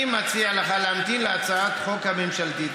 בעיקרון אני מציע לך להמתין להצעת החוק הממשלתית.